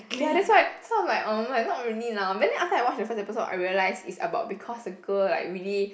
ya that's why so I'm like um might not really lah when then after I watch the first episode I realize is about because the girl like really